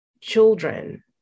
children